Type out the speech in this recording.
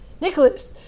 Nicholas